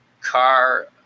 car